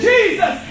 Jesus